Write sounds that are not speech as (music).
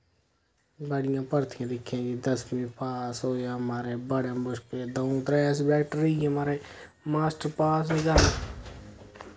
बड़ियां भर्थियां दिक्खियां जी दसमीं पास होएआ माराज बड़े मुश्कल द'ऊं त्रै सब्जैक्ट रेही गे माराज मास्टर पास (unintelligible)